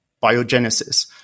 biogenesis